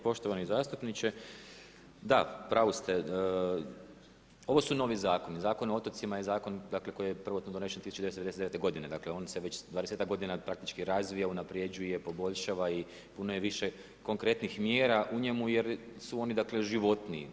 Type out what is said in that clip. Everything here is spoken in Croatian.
Poštovani zastupniče, da u pravu ste, ovo su novi zakoni, Zakon o otocima je zakon dakle koji je prvotno donesen 1999. godine, dakle on se već 20-ak godina praktički razvija, unaprjeđuje, poboljšava i puno je više konkretnih mjera u njemu jer su oni dakle životniji.